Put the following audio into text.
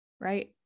right